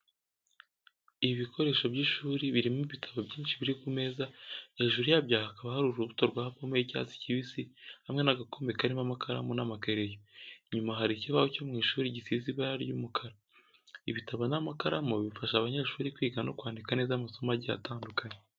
Ibikoresho by’ishuri birimo ibitabo byinshi biri ku meza, hejuru yabyo hakaba hari urubuto rwa pome y’icyatsi kibisi hamwe n’agakombe karimo amakaramu n'amakereyo. Inyuma hari ikibaho cyo mu ishuri gisize ibara ry'umukara. Ibitabo n’amakaramu bifasha abanyeshuri kwiga no kwandika neza amasomo agiye atandukanye.